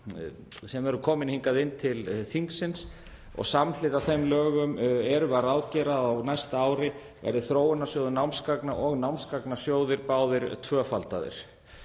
sem eru komin hingað inn til þingsins. Samhliða þeim lögum ráðgerum við að á næsta ári verði þróunarsjóður námsgagna og námsgagnasjóður báðir tvöfaldaðir.